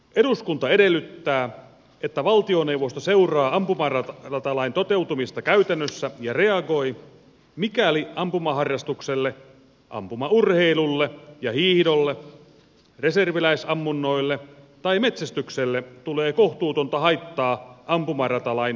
eduskunta edellyttää että valtioneuvosto seuraa ampumaratalain toteutumista käytännössä ja reagoi mikäli ampumaharrastukselle ampumaurheilulle ja hiihdolle reserviläisammunnoille tai metsästykselle tulee kohtuutonta haittaa ampumaratalain täytäntöönpanosta